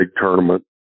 tournament